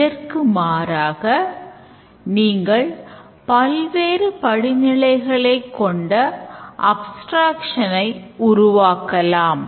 இதற்கு மாறாக நீங்கள் பல்வேறு படிநிலைகளை கொண்ட அப்ஸ்டிரேக்ஸன் ஐ உருவாக்கலாம்